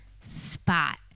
spot